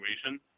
situation